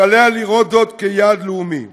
ועליה לראות זאת כיעד לאומי.